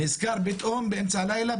נזכר פתאום באמצע הלילה,